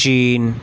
चीन